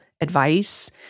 advice